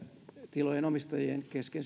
tilojen omistajien kesken